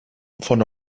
von